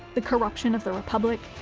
the corruption of the republic,